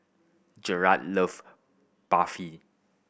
Garett love Barfi